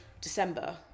december